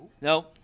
No